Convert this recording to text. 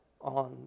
on